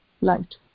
light